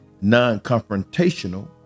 non-confrontational